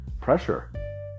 pressure